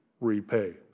repay